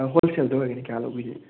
ꯍꯣꯜꯁꯦꯜꯗ ꯑꯣꯏꯔꯒꯗꯤ ꯀꯌꯥ ꯂꯧꯕꯤꯗꯣꯏꯅꯣ